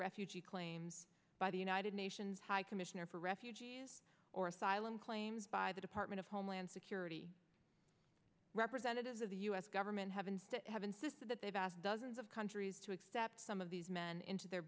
refugee claims by the united nations high commissioner for refugees or asylum claims by the department of homeland security representatives of the us government have insisted that they've asked dozens of countries to accept some of these men into their